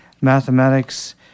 mathematics